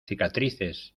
cicatrices